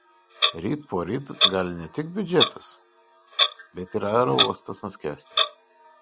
ryt poryt gali ne tik biudžetas bet ir aerouostas nuskęsti